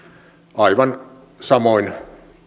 aivan samoin